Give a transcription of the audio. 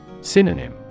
Synonym